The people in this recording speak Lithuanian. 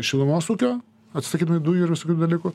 šilumos ūkio atsisakydami dujų ir visokių dalykų